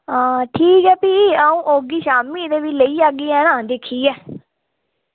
हां ठीक ऐ भी अं'ऊ औगी शामीं ते फ्ही लेई जाह्गी है ना दिक्खियै